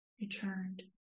returned